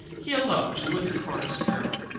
he eloped with a chorus girl.